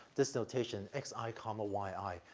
this notation x i, like um ah y i,